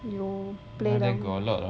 you play the